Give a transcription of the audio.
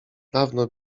dawno